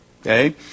Okay